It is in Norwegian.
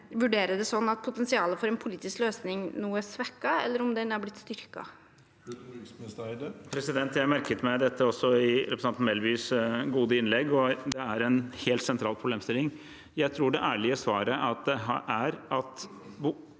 vurderer det sånn at potensialet for en politisk løsning nå er svekket, eller om den er blitt styrket.